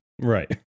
Right